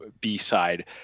B-side